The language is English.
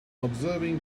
observing